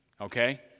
Okay